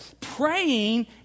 Praying